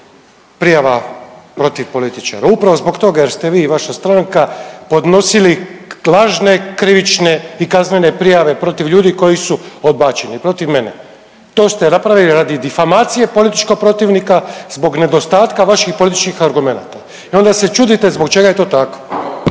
prijava protiv političara, upravo zbog toga jer ste vi i vaša stranka podnosili lažne krivične i kaznene prijave protiv ljudi koji su odbačeni, protiv mene. To ste napravili radi difamacije političkog protivnika zbog nedostatka vaših političkih argumenata i onda se čudite zbog čega je to tako.